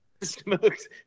smokes